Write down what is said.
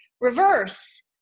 reverse